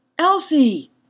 Elsie